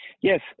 Yes